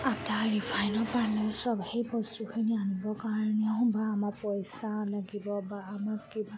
আটা ৰিফাইনৰপৰা আমি চব সেই বস্তুখিনি আনিবৰ কাৰণেও বা আমাৰ পইচা লাগিব বা আমাক কিবা